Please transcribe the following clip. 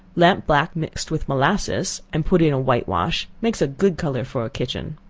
lamp-black mixed with molasses, and put in white-wash, makes a good color for a kitchen.